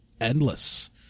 endless